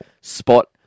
spot